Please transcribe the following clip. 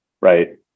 right